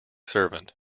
servant